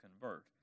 convert